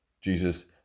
Jesus